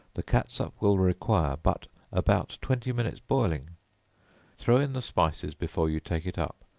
the catsup will require but about twenty minutes boiling throw in the spices before you take it up,